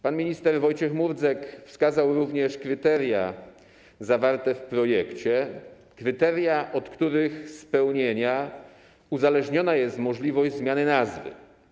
Pan minister Wojciech Murdzek wskazał również kryteria zawarte w projekcie, od których spełnienia uzależniona jest możliwość zmiany nazwy.